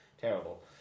terrible